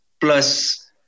Plus